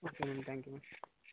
okay ma'am thank you ma'am